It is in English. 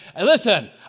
listen